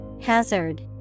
Hazard